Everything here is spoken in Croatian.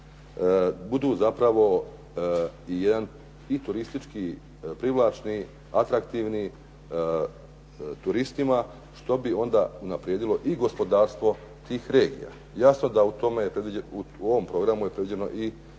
budu zapravo i jedan i turistički privlačni, atraktivni turistima, što bi onda unaprijedilo i gospodarstvo tih regija. Jasno da u ovom programu je predviđeno i